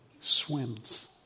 swims